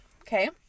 okay